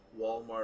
Walmart